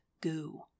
goo